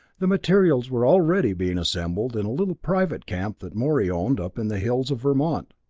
the materials were already being assembled in a little private camp that morey owned, up in the hills of vermont.